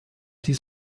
dies